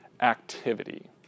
activity